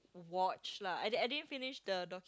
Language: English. watch lah I didn't I didn't finish the docu~